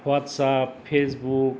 WhatsApp Facebook